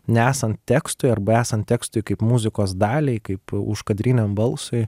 nesant tekstui arba esant tekstui kaip muzikos daliai kaip užkadrinam balsui